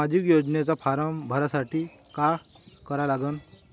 सामाजिक योजनेचा फारम भरासाठी का करा लागन?